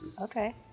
Okay